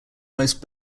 most